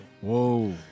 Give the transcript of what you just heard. Whoa